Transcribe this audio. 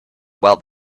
while